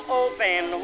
open